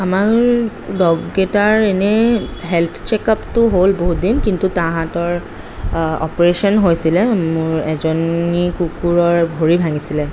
আমাৰ ডগকেইটাৰ এনেই হেল্থ চেক আপটো হ'ল বহুতদিন কিন্তু তাহাঁতৰ অপাৰেচন হৈছিলে মোৰ এজনী কুকুৰৰ ভৰি ভাগিছিলে